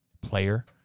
player